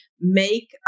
make